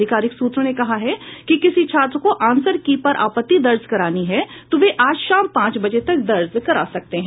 अधिकारिक सूत्रों ने कहा है कि किसी छात्र को आंसर की पर आपत्ति दर्ज करानी है तो वे आज शाम पांच बजे तक दर्ज करा सकते हैं